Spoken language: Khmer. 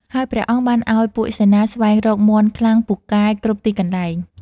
ហើយព្រះអង្គបានឲ្យពួកសេនាស្វែងរកមាន់ខ្លាំងពូកែគ្រប់ទីកន្លែង។